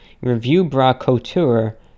review-bra-couture